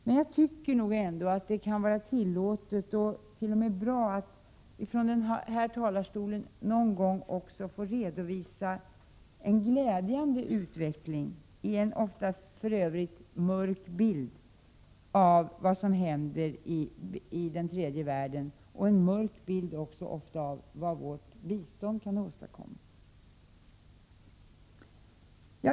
Men jag tycker nog ändå att det kan vara tillåtet och t.o.m. bra att från riksdagens talarstol någon gång få redovisa en glädjande utveckling i en oftast för övrigt mörk bild av vad som händer i den tredje världen, ofta också en mörk bild av vad vårt bistånd kan åstadkomma.